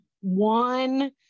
one